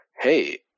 hey